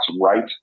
right